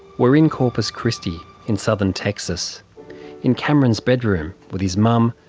we're in corpus christi in southern texas in cameron's bedroom with his mum,